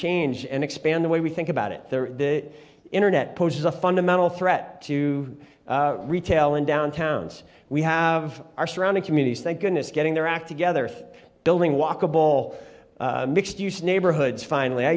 change and expand the way we think about it internet poses a fundamental threat to retail and downtown's we have our surrounding communities thank goodness getting their act together building walkable mixed use neighborhoods finally